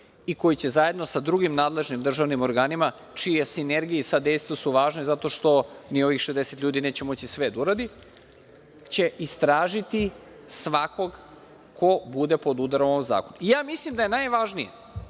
i koji će zajedno sa drugim nadležnim državnim organima, čija sinergija i sadejstvo su važni zato što ni ovih 60 ljudi neće moći sve da uradi, će istražiti svakog ko bude pod udarom ovog zakona. Mislim da je najvažnije